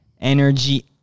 energy